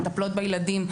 מטפלות בילדים,